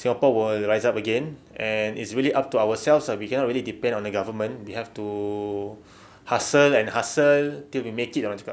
singapore will rise up again and it's really up to ourselves ah we cannot really depend on the government we have to hustle and hustle till we make it ah orang cakap